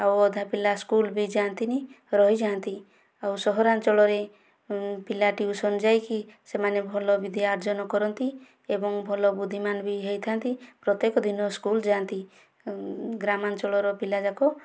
ଆଉ ଅଧା ପିଲା ସ୍କୁଲ ବି ଯାଆନ୍ତିନାହିଁ ରହିଯା'ନ୍ତି ଆଉ ସହରାଞ୍ଚଳରେ ପିଲା ଟ୍ୟୁସନ ଯାଇକି ସେମାନେ ଭଲ ବିଦ୍ୟା ଅର୍ଜନ କରନ୍ତି ଏବଂ ଭଲ ବୁଦ୍ଧିମାନ ବି ହୋଇଥା'ନ୍ତି ପ୍ରତ୍ୟକ ଦିନ ସ୍କୁଲ ଯାଆନ୍ତି ଗ୍ରାମାଞ୍ଚଳର ପିଲାଯାକ